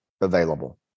available